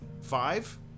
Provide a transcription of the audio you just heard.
Five